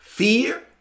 Fear